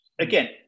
Again